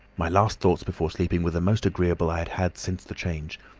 my last thoughts before sleeping were the most agreeable i had had since the change.